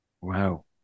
Wow